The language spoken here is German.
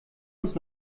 uns